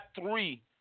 three